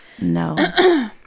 No